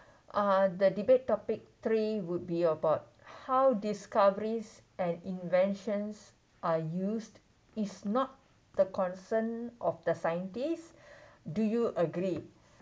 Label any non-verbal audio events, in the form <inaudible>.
uh the debate topic three would be about how discoveries and inventions are used is not the concern of the scientists <breath> do you agree